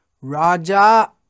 raja